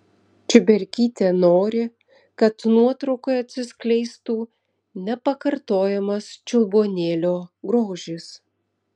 čiuberkytė nori kad nuotraukoje atsiskleistų nepakartojamas čiulbuonėlio grožis